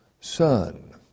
Son